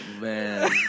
man